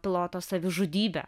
piloto savižudybė